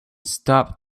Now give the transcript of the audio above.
stop